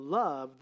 love